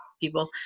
people